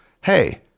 hey